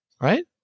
right